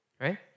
right